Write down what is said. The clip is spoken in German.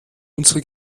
unsere